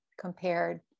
compared